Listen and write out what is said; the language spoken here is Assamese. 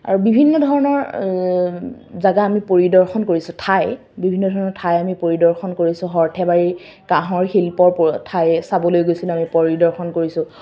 আৰু বিভিন্ন ধৰণৰ জাগা আমি পৰিদৰ্শন কৰিছোঁ ঠাই বিভিন্ন ধৰণৰ ঠাই আমি পৰিদৰ্শন কৰিছোঁ সৰ্থেবাৰী কাঁহৰ শিল্পৰ ঠাই চাবলৈ গৈছিলোঁ আমি পৰিদৰ্শন কৰিছোঁ